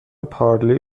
پارلی